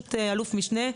בראשות אלוף משנה,